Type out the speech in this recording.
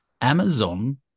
Amazon